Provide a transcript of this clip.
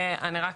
אני רק